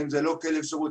האם זה לא כלב שירות.